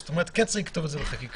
שאת אומרת שכן צריך לכתוב את זה בחקיקה.